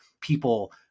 people